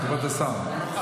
תגובת השר.